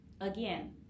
Again